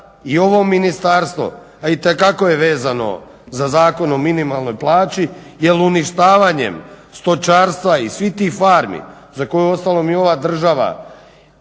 i ovo Ministarstvo itekako je vezano za Zakon o minimalnoj plaći jer uništavanjem stočarstva i svih tih farmi za koje uostalom i ova država